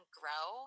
grow